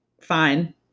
Fine